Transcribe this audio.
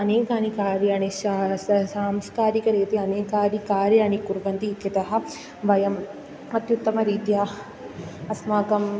अनेकानि कार्याणि शा सांस्कारिकरीत्या अनेकानि कार्याणि कुर्वन्ति इत्यतः वयम् अत्युत्तमरीत्या अस्माकं